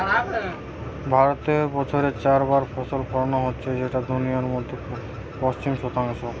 ভারতে বছরে চার বার ফসল ফোলানো হচ্ছে যেটা দুনিয়ার মধ্যে পঁচিশ শতাংশ